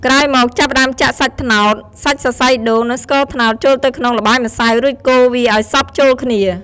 ក្រោយមក ចាប់ផ្ដើមចាក់សាច់ត្នោត សាច់សរសៃដូង និងស្ករត្នោត ចូលទៅក្នុងល្បាយម្សៅ រួចកូរវាឱ្យសព្វចូលគ្នា។